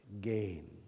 gain